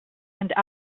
and